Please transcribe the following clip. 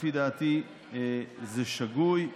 לפי דעתי זה שגוי.